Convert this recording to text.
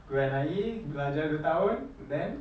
go N_I_E belajar beberapa tahun then